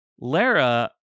Lara